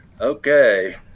Okay